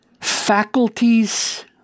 faculties